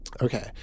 Okay